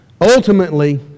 ultimately